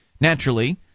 naturally